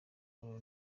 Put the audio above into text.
ohio